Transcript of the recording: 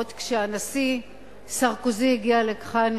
עוד כשהנשיא סרקוזי הגיע לכאן,